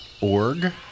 org